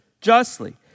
justly